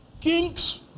Kings